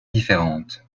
différentes